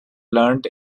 learnt